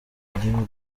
igihugu